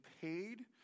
paid